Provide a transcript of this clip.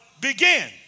begin